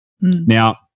Now